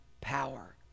power